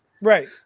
Right